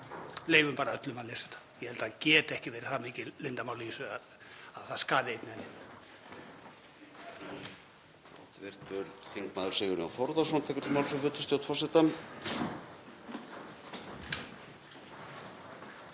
leyfum bara öllum að lesa þetta. Ég held að það geti ekki verið það mikil leyndarmál í þessu að það skaði einn